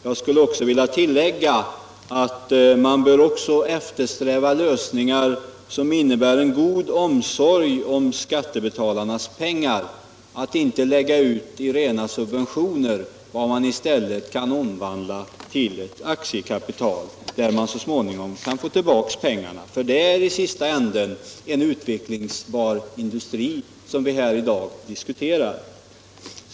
Jag skullé vilja tillägga att man också bör eftersträva lösningar som innebär en god omsorg om skattebetalarnas pengar, så att man inte lägger ut i form av rena subventioner vad som i stället kan omvandlas till ett aktiekapital, där pengarna så småningom går tillbaka. Det är dock till sist en utvecklingsbar industri som vi diskuterar här i dag.